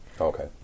okay